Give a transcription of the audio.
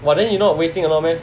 !wah! then you not wasting a lot meh